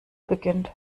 beginnt